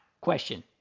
question